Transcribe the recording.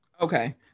Okay